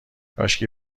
کاشکی